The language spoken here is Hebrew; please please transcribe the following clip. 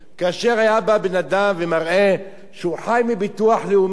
כאשר היה בא בן-אדם ומראה שהוא חי מביטוח לאומי,